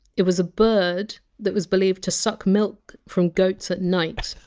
it was a bird that was believed to suck milk from goats at night,